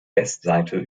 westseite